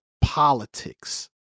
politics